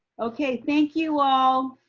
okay, thank you all,